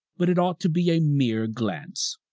but it ought to be a mere glance.